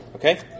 Okay